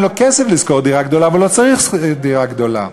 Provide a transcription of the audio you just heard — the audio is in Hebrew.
אין לו כסף לשכור דירה גדולה והוא לא צריך דירה גדולה,